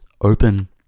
open